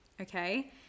okay